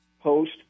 post